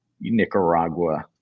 Nicaragua